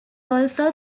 also